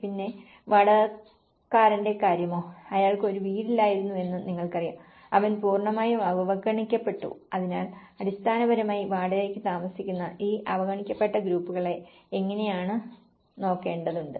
പിന്നെ വാടകക്കാരന്റെ കാര്യമോ അയാൾക്ക് ഒരു വീടില്ലായിരുന്നുവെന്ന് നിങ്ങൾക്കറിയാം അവൻ പൂർണ്ണമായും അവഗണിക്കപ്പെട്ടു അതിനാൽ അടിസ്ഥാനപരമായി വാടകയ്ക്ക് താമസിക്കുന്ന ഈ അവഗണിക്കപ്പെട്ട ഗ്രൂപ്പുകളെ എങ്ങനെയെന്ന് നോക്കേണ്ടതുണ്ട്